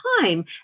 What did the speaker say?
time